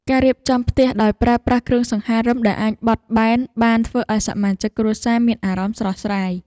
ការរៀបចំផ្ទះដោយប្រើប្រាស់គ្រឿងសង្ហារិមដែលអាចបត់បែនបានធ្វើឱ្យសមាជិកគ្រួសារមានអារម្មណ៍ស្រស់ស្រាយ។